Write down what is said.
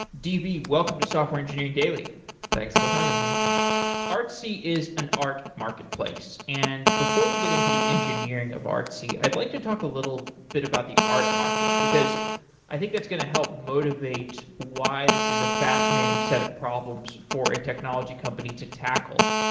db, welcome to software engineering daily thanks for having me artsy is an art marketplace. and before we get into the engineering of artsy, i'd like to talk a little bit about the art market, because i think that's going to can help motivate why this is a fascinating set of problems for a technology company to tackle.